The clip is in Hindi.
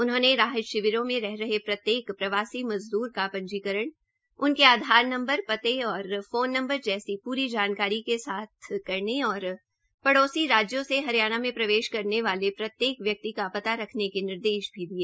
उन्होंने राहत शिविरों में रहे रहे प्रत्येक प्रवासी मजदूरों का पंजीकरण उनके आधार नंबर पते और फोन नंबर जैसे पूरी जानकारी के साथ करने और पड़ोसी राज्यों से हरियाणा में प्रवेश करने वाले प्रत्येक व्यक्ति का पता रखने के निर्देश भी दिए